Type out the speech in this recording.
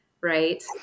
right